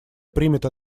примет